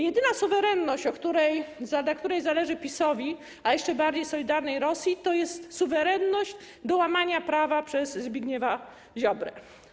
Jedyna suwerenność, na której zależy PiS-owi, a jeszcze bardziej solidarnej Rosji, to jest suwerenność łamania prawa przez Zbigniewa Ziobrę.